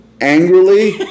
angrily